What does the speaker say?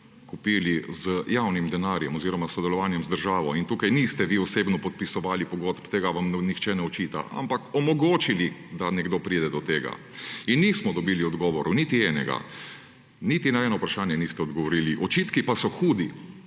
kupili z javnim denarjem oziroma sodelovanjem z državo. Tukaj niste vi osebno podpisovali pogodb, tega vam nihče ne očita, ampak omogočili, da nekdo pride do tega. Nismo dobili odgovorov, niti enega, niti na eno vprašanje niste odgovorili, očitki pa so hudi.